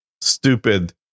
stupid